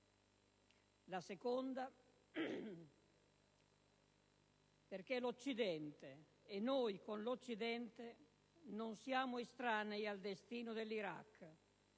la seconda, perché l'Occidente e noi con l'Occidente non siamo estranei al destino dell'Iraq.